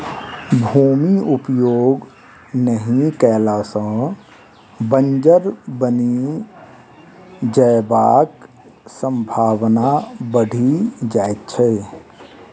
भूमि उपयोग नहि कयला सॅ बंजर बनि जयबाक संभावना बढ़ि जाइत छै